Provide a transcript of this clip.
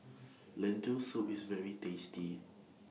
Lentil Soup IS very tasty